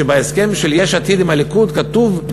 שבהסכם של יש עתיד עם הליכוד כתוב,